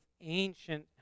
ancient